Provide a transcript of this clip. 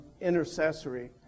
intercessory